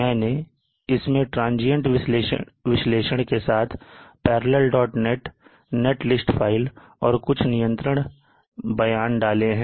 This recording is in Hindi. मैंने इसमें ट्रांजियंट विश्लेषण के साथ parallelnet नेट लिस्ट फाइल और कुछ नियंत्रण बयान डाले हैं